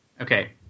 Okay